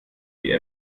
die